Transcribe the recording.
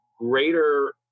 greater